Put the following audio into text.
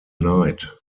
night